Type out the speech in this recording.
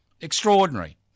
Extraordinary